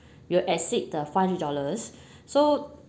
will exceed the five hundred dollars so